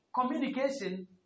communication